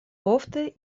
ofte